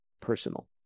personal